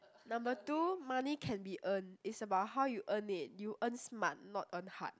number two money can be earned is about how you earn it you earn smart not earn hard